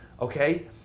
okay